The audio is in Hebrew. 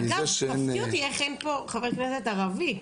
מפתיע אותי איך אין פה חבר כנסת ערבי,